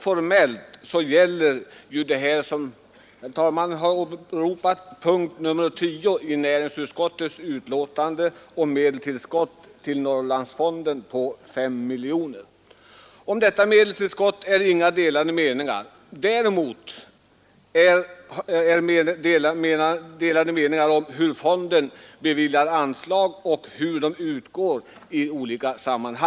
Formellt gäller det ärende som herr talmannen har ropat upp punkt nr 10 i näringsutskottets betänkande nr 7 om medelstillskott till Norrlandsfonden på 5 miljoner kronor. Om detta medelstillskott råder inga delade meningar. Däremot är meningarna delade om hur fonden beviljar anslag och hur de utgår.